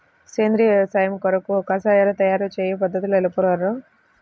సేంద్రియ వ్యవసాయము కొరకు కషాయాల తయారు చేయు పద్ధతులు తెలుపగలరు?